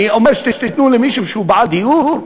אני אומר שתיתנו למישהו שהוא בעל דיור?